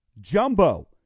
Jumbo